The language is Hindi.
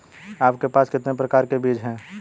आपके पास कितने प्रकार के बीज हैं?